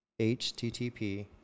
http